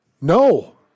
No